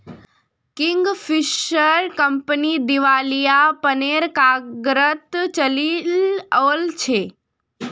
Kingfisher company दिवालियापनेर कगारत चली ओल छै